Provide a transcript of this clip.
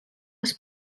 was